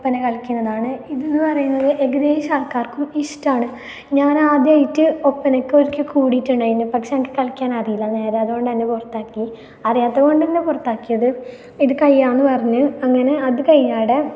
ഒപ്പന കളിക്കുന്നതാണ് ഇത് എന്ന് പറയുന്നത് ഏകദേശം ആൾക്കാർക്കും ഇഷ്ടമാണ് ഞാൻ ആദ്യമായിട്ട് ഒപ്പനയ്ക്ക് ഒരിക്കൽ കൂടിയിട്ടുണ്ടായിന്ന് പക്ഷേ എനിക്ക് കളിക്കാൻ അറിയില്ല നേരെ അതുകൊണ്ടെ് എന്നെ പുറത്താക്കി അറിയാത്തത് കൊണ്ട് തന്നെ പുറത്താക്കിയത് ഇത് കഴിയ എന്ന് പറഞ്ഞ് അങ്ങനെ അത് കഴ്യ്യാടെ